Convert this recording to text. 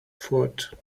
foot